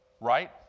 right